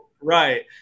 Right